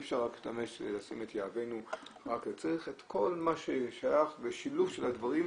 אי אפשר לשים את יהבנו רק צריך את כל מה ששייך ושילוב של הדברים.